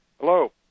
Hello